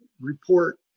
report